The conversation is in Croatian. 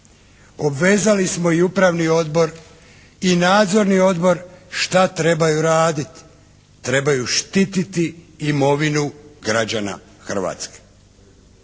Obvezali smo i upravni odbor i nadzorni odbor šta trebaju raditi, trebaju štititi imovinu građana Hrvatske.